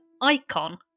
icon